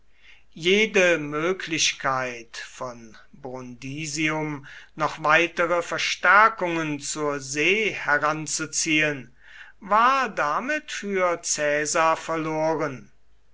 jede möglichkeit von brundisium noch weitere verstärkungen zur see heranzuziehen war damit für caesar verloren